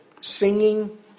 singing